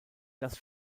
das